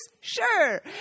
Sure